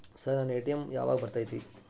Sir ನನ್ನ ATM ಯಾವಾಗ ಬರತೈತಿ?